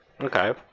Okay